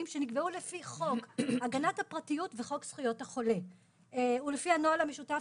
שנקבעו לפי חוק הגנת הפרטיות וחוק זכויות החולה ולפי הנוהל המשותף